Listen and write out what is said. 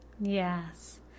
Yes